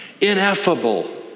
Ineffable